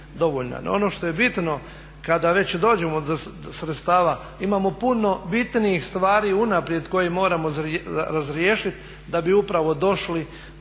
ono što je bitno kada već dođemo do sredstava imamo puno bitnijih stvari unaprijed koje moramo razriješiti da bi upravo došli